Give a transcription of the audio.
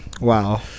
wow